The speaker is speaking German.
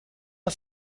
man